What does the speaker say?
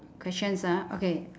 questions ah okay